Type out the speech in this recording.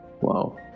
wow